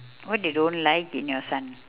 what you don't like in your son